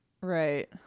Right